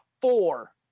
Four